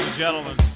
gentlemen